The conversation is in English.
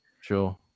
sure